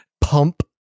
Pump